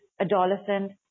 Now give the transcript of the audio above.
adolescent